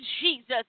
Jesus